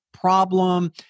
problem